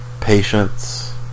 patience